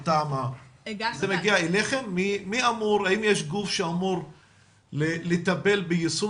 האם יש גוף שאמור לטפל ביישום